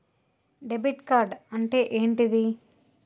Debit card అంటే ఏంటిది?